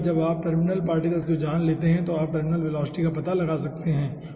एक बार जब आप टर्मिनल पार्टिकल साइज को जान लेते हैं तो आप टर्मिनल वेलोसिटी का पता लगा सकते हैं